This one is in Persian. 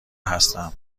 هستم